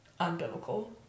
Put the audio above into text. unbiblical